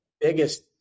biggest